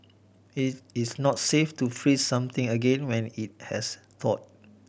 it's not safe to freeze something again when it has thawed